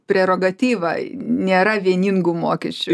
prerogatyva nėra vieningų mokesčių